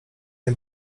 nie